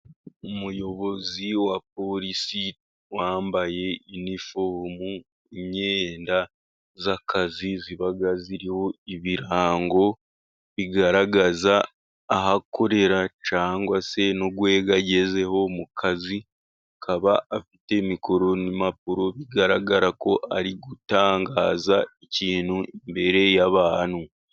Umuyobozi wa porisi wambaye inifomu. Imyenda y'akazi iba iriho ibirango bigaragaza aha akorera, cyangwa se n'urwego agezeho mu kazi. Akaba afite mikoro n'impapuro bigaragara ko ari gutangaza ikintu imbere y'abantu.